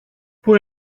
πού